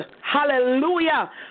Hallelujah